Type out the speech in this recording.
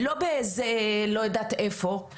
לא באיזה לא יודעת איפה.